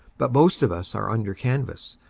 but most of us are under canvas,